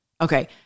Okay